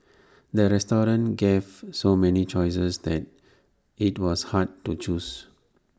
the restaurant gave so many choices that IT was hard to choose